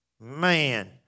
Man